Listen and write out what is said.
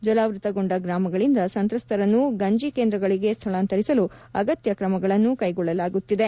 ಜಲಾವೃತಗೊಂಡ ಗ್ರಾಮಗಳಿಂದ ಸಂತ್ರಸ್ಥರನ್ನು ಗಂಜಿ ಕೇಂದ್ರಗಳಿಗೆ ಸ್ಥಳಾಂತರಿಸಲು ಅಗತ್ಯ ಕ್ರಮಗಳನ್ನು ಕೈಗೊಳ್ಳಲಾಗುತ್ತಿದೆ